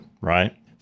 right